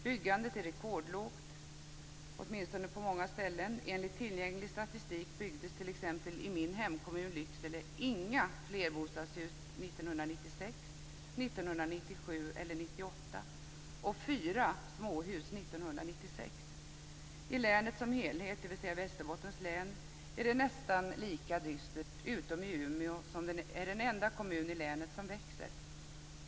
Byggandet är rekordlågt, åtminstone på många ställen. Enligt tillgänglig statistik byggdes det t.ex. i min hemkommun 1996, 1997 eller 1998. I länet som helhet, dvs. i Västerbottens län, är det nästan lika dystert, utom i Umeå, som är den enda kommun i länet som växer.